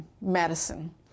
Madison